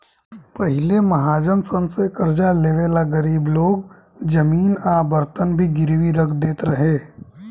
पहिले महाजन सन से कर्जा लेवे ला गरीब लोग जमीन आ बर्तन भी गिरवी रख देत रहे